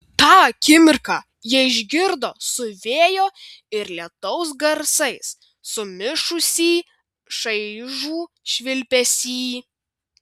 tą akimirką jie išgirdo su vėjo ir lietaus garsais sumišusį šaižų švilpesį